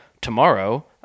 tomorrow